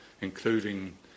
including